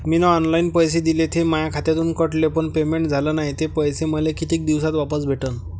मीन online पैसे दिले, ते माया खात्यातून कटले, पण पेमेंट झाल नायं, ते पैसे मले कितीक दिवसात वापस भेटन?